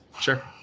Sure